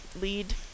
lead